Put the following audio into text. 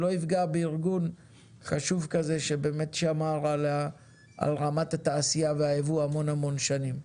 שלא יפגע בארגון חשוב כזה ששמר על רמת התעשייה והייבוא המון שנים.